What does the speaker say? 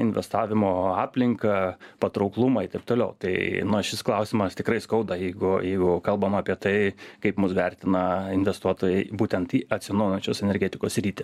investavimo aplinką patrauklumą i taip toliau tai na šis klausimas tikrai skauda jeigu jeigu kalbam apie tai kaip mus vertina investuotojai būtent į atsinaujinančios energetikos sritį